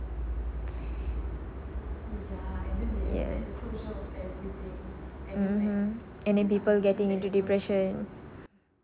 yes mmhmm and then people getting into depression